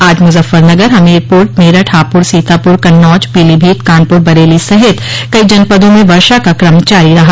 आज मुजफ्फरनगर हमीरपुर मेरठ हापुड़ सीतापुर कन्नौज पीलीभीत कानपुर बरेली सहित कई जनपदों में वर्षा का क्रम जारी रहा